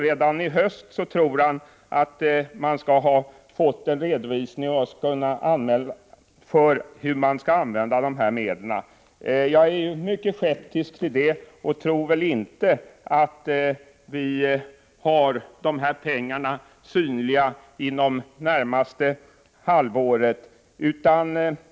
Han tror att man redan i höst skall ha fått en redovisning för hur man skall använda dessa medel. Jag är mycket skeptisk mot det, och jag tror inte att vi har dessa pengar synliga inom det närmaste halvåret.